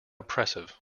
oppressive